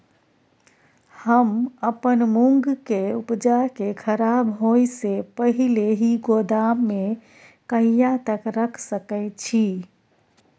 हम अपन मूंग के उपजा के खराब होय से पहिले ही गोदाम में कहिया तक रख सके छी?